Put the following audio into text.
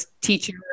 teaching